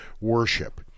worship